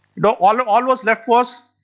you know all all was left was,